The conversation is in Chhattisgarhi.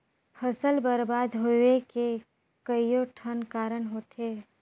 फसल बरबाद होवे के कयोठन कारण होथे